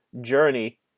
journey